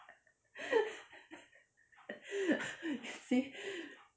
see